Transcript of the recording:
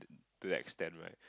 to that extent right